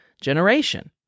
generation